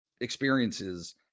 experiences